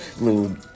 little